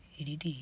ADD